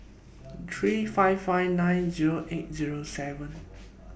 three five five nine Zero eight Zero seven